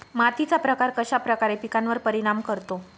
मातीचा प्रकार कश्याप्रकारे पिकांवर परिणाम करतो?